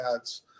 ads